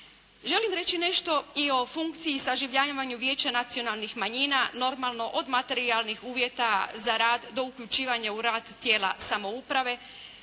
Želim reći nešto i o funkciji saživljavanju Vijeća nacionalnih manjina, normalno od materijalnih uvjeta za rad do uključivanja u rad tijela samouprave.